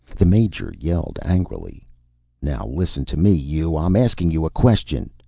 the major yelled angrily now listen to me, you! i'm asking you a question!